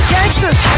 Gangsters